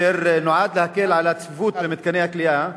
אשר נועד להקל על הצפיפות במתקני הכליאה